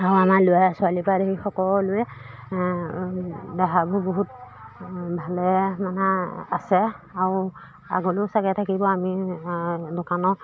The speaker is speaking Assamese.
আৰু আমাৰ ল'ৰা ছোৱালী পৰা আদি কৰি সকলোৱে দেহাবোৰ বহুত ভালে মানে আছে আৰু আগলৈও চাগে থাকিব আমি দোকানৰ